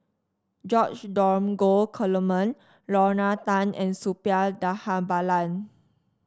George Dromgold Coleman Lorna Tan and Suppiah Dhanabalan